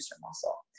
muscle